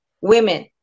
women